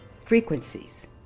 frequencies